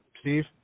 Steve